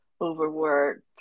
overworked